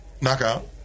knockout